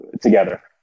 together